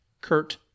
Kurt